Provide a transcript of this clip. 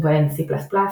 ובהן C++,